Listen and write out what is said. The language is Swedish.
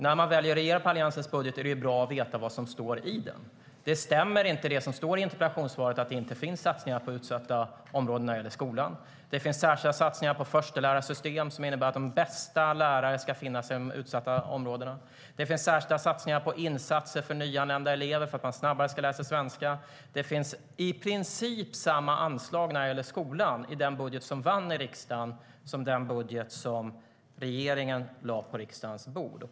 När man väljer att regera på Alliansens budget är det bra att veta vad som står i den. Det som står i interpellationssvaret om att det inte finns satsningar på utsatta områden när det gäller skolan stämmer inte. Det finns särskilda satsningar på förstelärarsystem som innebär att de bästa lärarna ska finnas i de utsatta områdena. Det finns särskilda satsningar på insatser för nyanlända elever, för att de snabbare ska lära sig svenska. Det finns i princip samma anslag när det gäller skolan i den budget som vann i riksdagen som i den budget som regeringen lade på riksdagens bord.